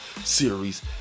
series